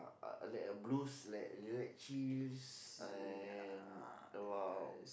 uh uh like blues like you like chills and about